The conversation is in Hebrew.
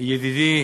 ידידי